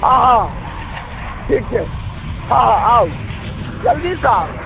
हँ हँ ठीक छै हँ हँ आउ जल्दीसँ आउ